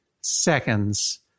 seconds